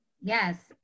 Yes